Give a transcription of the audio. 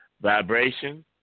Vibration